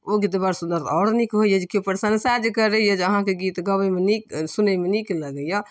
ओ गीत बड़ सुन्दर आओर नीक भऽ जाइ छै केओ प्रशंसा जे करैय जे अहाँके गीत गबैमे नीक सुनैमे नीक लगैय